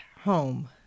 home